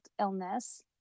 illness